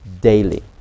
daily